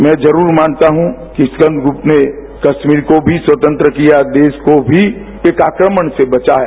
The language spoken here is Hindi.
मैं जरूर मानता हूँ कि स्कन्दगुप्त ने कश्मीर को भी स्वतंत्र किया देश को भी एक आक्रामण से बचाया